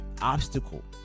obstacle